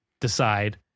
decide